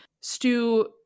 Stu